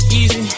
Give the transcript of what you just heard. easy